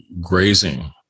grazing